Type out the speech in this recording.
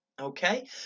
okay